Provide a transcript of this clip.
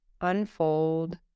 unfold